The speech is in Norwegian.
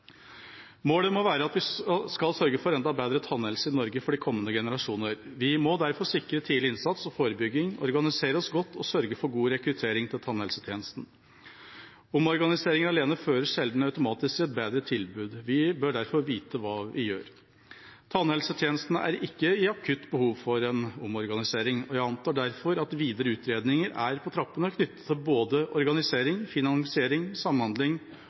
Målet må være at vi skal sørge for enda bedre tannhelse i Norge for de kommende generasjoner. Vi må derfor sikre tidlig innsats og forebygging, organisere oss godt og sørge for god rekruttering til tannhelsetjenesten. Omorganiseringer alene fører sjelden automatisk til et bedre tilbud. Vi bør derfor vite hva vi gjør. Tannhelsetjenesten er ikke i akutt behov av en omorganisering, og jeg antar derfor at videre utredninger er på trappene knyttet til både organisering, finansiering, samhandling